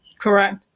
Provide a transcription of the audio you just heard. Correct